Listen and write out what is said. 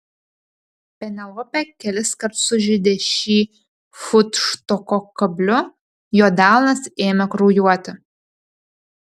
penelopė keliskart sužeidė šį futštoko kabliu jo delnas ėmė kraujuoti